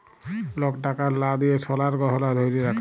lock টাকার লা দিঁয়ে সলার গহলা ধ্যইরে রাখে